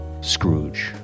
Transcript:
Scrooge